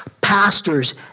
pastors